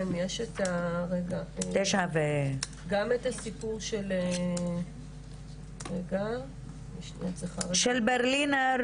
כן, יש גם את הסיכום של --- של וועדת ברלינר,